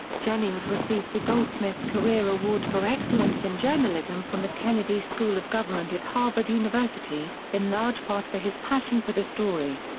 jennings received the goldsmith career award for excellence in journalism from the kennedy school of government at harvard university, in large part for his passion for the story.